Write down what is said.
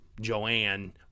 Joanne